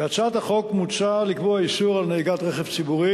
בהצעת החוק מוצע לקבוע איסור על נהיגת רכב ציבורי